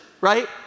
right